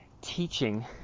teaching